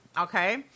Okay